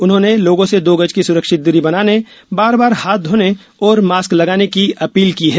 उन्होंने लोगों से दो गज की सुरक्षित दूरी बनाने बार बार हाथ धोने और मास्क लगाने की अपील की है